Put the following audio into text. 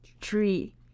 tree